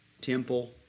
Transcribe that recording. temple